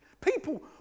People